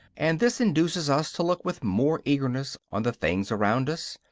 and this induces us to look with more eagerness on the things around us,